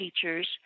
teachers